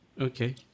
Okay